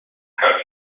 camisa